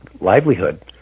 livelihood